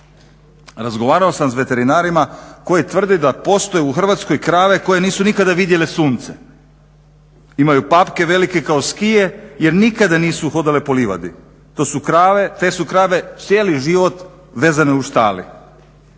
Razgovarao sam s veterinarima koji tvrde da postoji u Hrvatskoj krave koje nikada nisu vidjele sunce, imaju papke velike kao skije jer nikada nisu hodale po livadi. Te su krave cijeli život vezane u štali.